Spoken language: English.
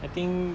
I think